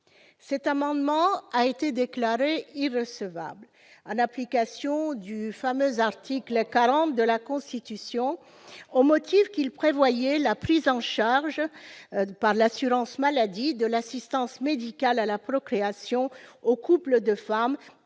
cela que vous en parlez !... en application du fameux article 40 de la Constitution, au motif qu'il prévoyait la prise en charge par l'assurance maladie de l'assistance médicale à la procréation ouverte aux couples de femmes,